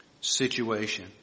situation